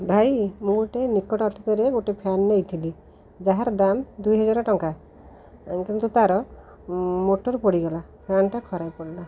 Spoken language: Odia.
ଭାଇ ମୁଁ ଗୋଟିଏ ନିକଟ ଅତୀତରେ ଗୋଟିଏ ଫ୍ୟାନ୍ ନେଇ ଥିଲି ଯାହାର ଦାମ ଦୁଇହଜାର ଟଙ୍କା କିନ୍ତୁ ତାର ମୋଟର୍ ପଡ଼ିଗଲା ଫ୍ୟାନ୍ଟା ଖରାପ ପଡ଼ିଲା